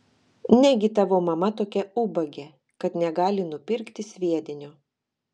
negi tavo mama tokia ubagė kad negali nupirkti sviedinio